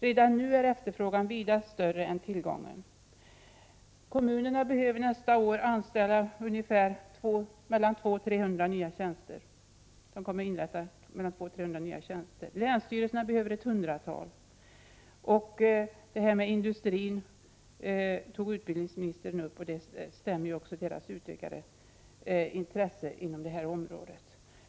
Redan nu är efterfrågan vida större än tillgången. Kommunerna kommer nästa år att inrätta 200-300 tjänster, och länsstyrelserna behöver ett hundratal. Detta med industrin tog utbildningsministern upp, och det är riktigt att det är ett utökat intresse därifrån.